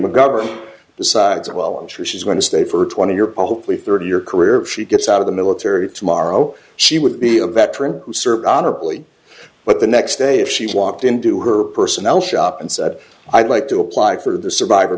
mcgovern decides well i'm sure she's going to stay for twenty your hope we thirty year career she gets out of the military tomorrow she would be a veteran who served honorably but the next day if she walked into her personnel shop and said i'd like to apply for the survivor